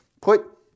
put